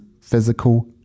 physical